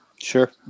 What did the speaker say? Sure